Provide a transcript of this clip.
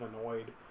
annoyed